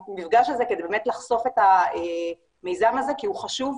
המפגש הזה כדי באמת לחשוף את המיזם הזה כי הוא חשוב,